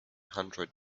hundred